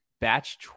Batch